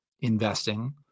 investing